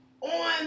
on